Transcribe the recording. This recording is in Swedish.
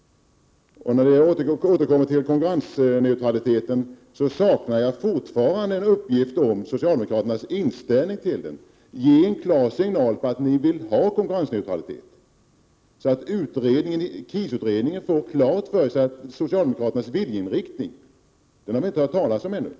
Jag återkommer till frågan om konkurrensneutraliteten. Jag saknar fortfarande uppgifter om socialdemokraternas inställning till den. Ge en klar signal om att ni vill ha konkurrensneutralitet, så att KIS-utredningen får socialdemokraternas viljeinriktning klar för sig! Den har man ännu inte hört någonting om.